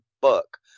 book